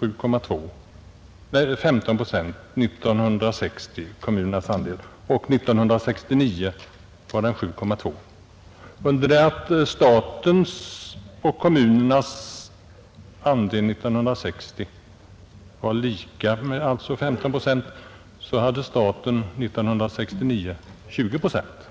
och 7,2 procent 1969. Under det att statens och för behandling av frågan om kostnadsfördelningen mellan stat och kommun kommunernas andel 1960 var lika, alltså 15 procent, hade staten 1969 drygt 20 procent.